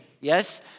yes